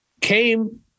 came